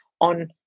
on